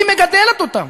היא מגדלת אותם,